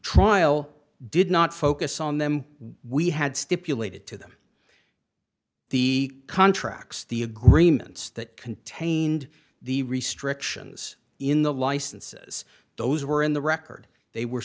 trial did not focus on them we had stipulated to them the contracts the agreements that contained the restrictions in the licenses those were in the record they were